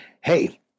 hey